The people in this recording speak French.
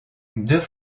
deux